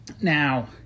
Now